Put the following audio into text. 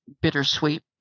bittersweet